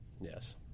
Yes